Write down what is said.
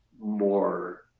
more